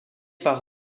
par